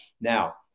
Now